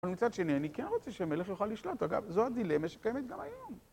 אבל מצד שני, אני כן רוצה שמלך יוכל לשלוט, אגב, זו הדילמה שקיימת גם היום.